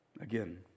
Again